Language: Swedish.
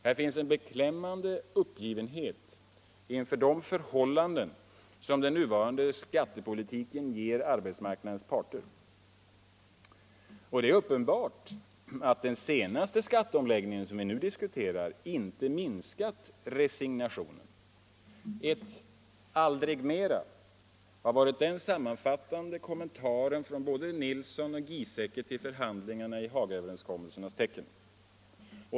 Här finns en beklämmande uppgivenhet inför de förhållanden som den nuvarande skattepolitiken innebär för arbetsmarknadens parter. Det är uppenbart att den senaste skatteomläggningen, som vi nu diskuterar, inte minskat resignationen. Ett ”aldrig mera” från både Nilsson och Giesecke har varit den sammanfattande kommentaren till förhandlingarna i Hagaöverenskommelsernas tecken.